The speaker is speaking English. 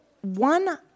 one